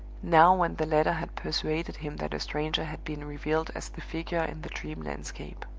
now when the letter had persuaded him that a stranger had been revealed as the figure in the dream landscape.